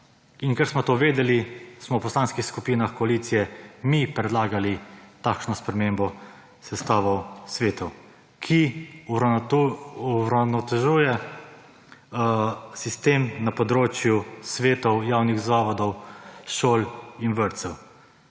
In ker smo to vedeli, smo v poslanskih skupinah koalicije mi predlagali takšno spremembo sestave svetov, ki uravnotežuje sistem na področju svetov javnih zavodov, šol in vrtcev.